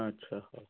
ଆଚ୍ଛା ହେଉ